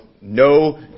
no